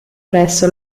presso